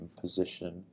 position